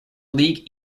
league